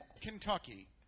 Kentucky